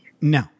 No